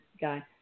guy